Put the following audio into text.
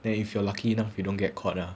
then if you are lucky enough you don't get caught ah